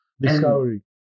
Discovery